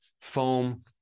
foam